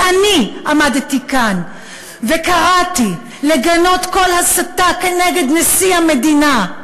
ואני עמדתי כאן וקראתי לגנות כל הסתה כנגד נשיא המדינה,